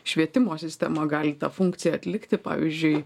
švietimo sistema gali tą funkciją atlikti pavyzdžiui